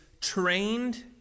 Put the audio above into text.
trained